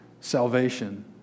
salvation